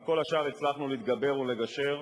על כל השאר הצלחנו להתגבר ולגשר,